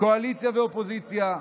קואליציה ואופוזיציה,